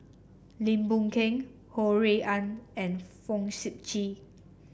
Lim Boon Keng Ho Rui An and Fong Sip Chee